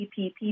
PPP